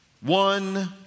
one